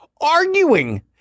Arguing